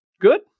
good